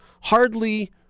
hardly